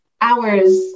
hours